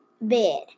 bed